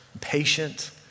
patient